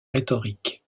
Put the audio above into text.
rhétorique